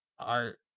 art